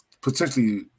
potentially